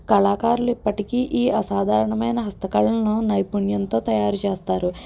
కళాకారులు ఇప్పటికీ ఈ అసాధారణమైన హస్తకళలను నైపుణ్యంతో తయారుచేస్తారు